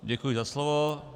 Děkuji za slovo.